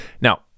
now